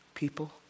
people